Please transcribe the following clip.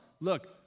Look